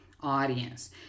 audience